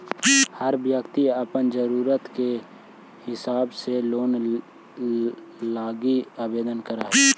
हर व्यक्ति अपन ज़रूरत के हिसाब से लोन लागी आवेदन कर हई